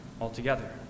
altogether